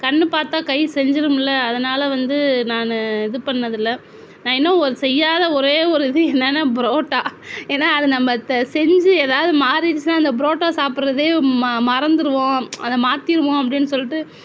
கண் பார்த்தா கை செஞ்சிடும்ல அதனால் வந்து நான் இது பண்ணதில்லை நான் இன்னும் ஒரு செய்யாத ஒரே ஒரு இது என்னென்னா புரோட்டா ஏன்னா அது நம்ம செஞ்சு ஏதாவது மாறிடிச்சின்னா அந்த புரோட்டா சாப்பிட்றதே மறந்திடுவோம் அதை மாற்றிடுவோம் அப்படின்னு சொல்லிவிட்டு